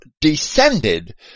descended